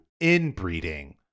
inbreeding